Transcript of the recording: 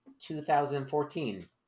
2014